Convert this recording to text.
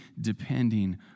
depending